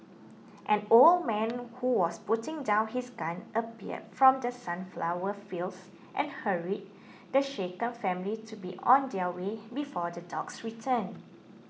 an old man who was putting down his gun appeared from the sunflower fields and hurried the shaken family to be on their way before the dogs return